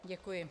Děkuji.